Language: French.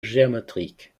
géométrique